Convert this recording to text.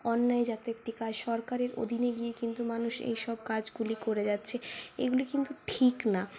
অন্যায় জাতীয় একটি কাজ সরকারের অধীনে গিয়েই কিন্তু মানুষ এইসব কাজগুলি করে যাচ্ছে এইগুলি কিন্তু ঠিক না